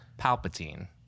Palpatine